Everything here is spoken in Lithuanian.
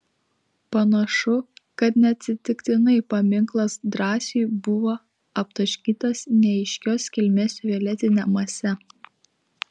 panašu kad neatsitiktinai paminklas drąsiui buvo aptaškytas neaiškios kilmės violetine mase